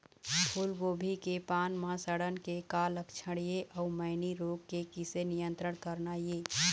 फूलगोभी के पान म सड़न के का लक्षण ये अऊ मैनी रोग के किसे नियंत्रण करना ये?